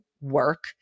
work